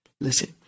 Listen